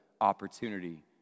opportunity